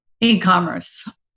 e-commerce